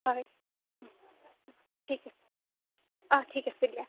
হয় ঠিক আছে ঠিক আছে দিয়া